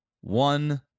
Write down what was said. one